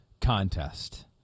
contest